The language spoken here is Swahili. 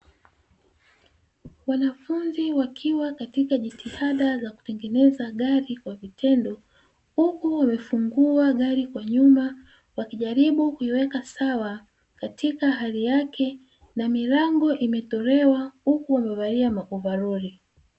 Wanafunzi wakiwa katika jitihada za kutengeneza gari kwa vitendo, huku wamefungua gari kwa nyuma, wakijaribu kuiweka sawa katika hali yake na milango imetolewa, huku wamevalia maovaroli.